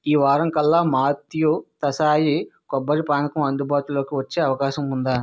ఈ వారం కల్లా మాత్యు తసాయి కొబ్బరి పానకం అందుబాటులోకి వచ్చే అవకాశం ఉందా